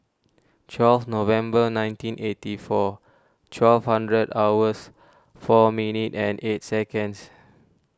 twelve November nineteen eighty four twelve hundred hours four minute and eight seconds